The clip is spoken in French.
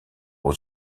aux